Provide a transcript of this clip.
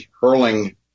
hurling